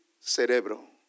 Cerebro